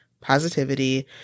positivity